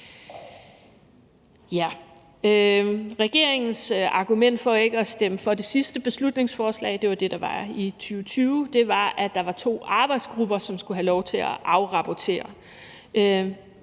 Regeringens argument for ikke at stemme for det sidste beslutningsforslag – det var det, der var i 2020 – var, at der var to arbejdsgrupper, som skulle have lov til at afrapportere.